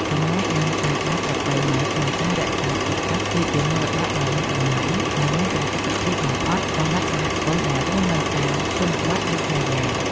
ចំណេះដឹងតាមបែបប្រពៃណីក្នុងការរក្សាទុកទឹកគឺជាមរតកដ៏មានតម្លៃ និងមានប្រសិទ្ធភាពបំផុតសម្រាប់សហគមន៍ដែលរស់នៅតាមជនបទដាច់ស្រយាល។